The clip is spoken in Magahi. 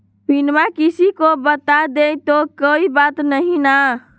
पिनमा किसी को बता देई तो कोइ बात नहि ना?